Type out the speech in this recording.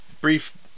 brief